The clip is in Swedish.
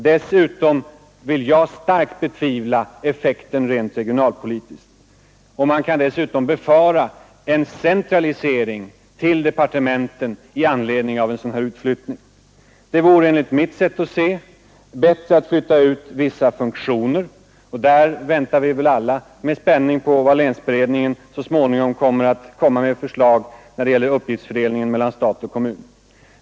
Vidare vill jag starkt betvivla effekten regionalpolitiskt av en utlokalisering av det här slaget. Man kan dessutom befara en centralisering till departementen i anledning av utflyttningen. Det vore, enligt mitt sätt att se, bättre att flytta ut vissa funktioner, och vi väntar väl alla med spänning på det förslag länsberedningen så småningom kommer att lägga fram till uppgiftsfördelning mellan stat och kommun.